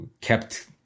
kept